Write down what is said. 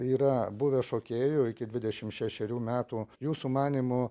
yra buvęs šokėju iki dvidešim šešerių metų jūsų manymu